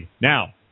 Now